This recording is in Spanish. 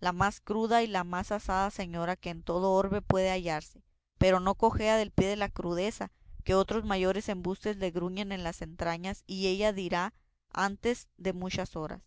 la más cruda y la más asada señora que en todo el orbe puede hallarse pero no cojea del pie de la crudeza que otros mayores embustes le gruñen en las entrañas y ello dirá antes de muchas horas